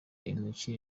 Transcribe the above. intoki